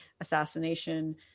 assassination